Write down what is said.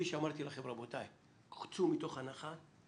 שאמרתי לכם, רבותיי, צאו מתוך הנחה,